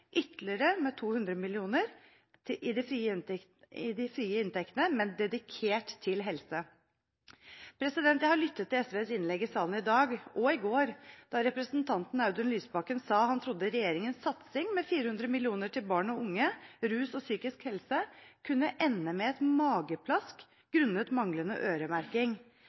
ytterligere med 200 mill. kr i de frie inntektene, men dedikert til helse. Jeg har lyttet til SVs innlegg i salen i dag – og i går, da representanten Audun Lysbakken sa at han trodde at regjeringens satsing med 400 mill. kr til barn, unge, rus og psykisk helse kunne ende med et mageplask grunnet manglende øremerking.